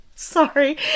Sorry